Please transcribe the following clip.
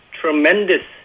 tremendous